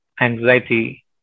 anxiety